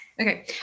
Okay